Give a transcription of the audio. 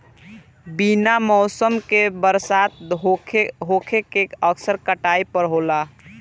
बिना मौसम के बरसात होखे के असर काटई पर होला